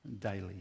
daily